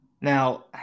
Now